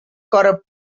corrupt